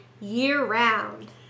year-round